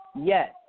Yes